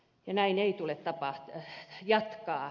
ja näin ei tule jatkaa